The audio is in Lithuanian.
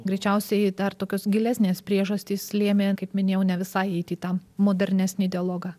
greičiausiai dar tokios gilesnės priežastys lėmė kaip minėjau ne visai eiti į tą modernesnį dialogą